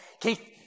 Keith